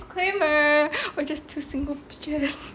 disclaimer we're just two single bitches